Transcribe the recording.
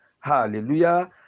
Hallelujah